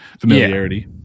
familiarity